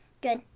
Good